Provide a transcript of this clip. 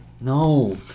No